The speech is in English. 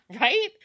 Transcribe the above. Right